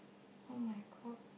oh my god